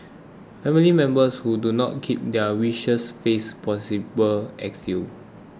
family members who do not keep their wishes face possible exile